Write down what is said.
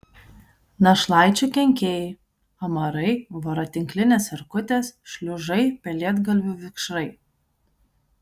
našlaičių kenkėjai amarai voratinklinės erkutės šliužai pelėdgalvių vikšrai